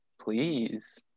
please